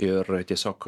ir tiesiog